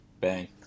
Bang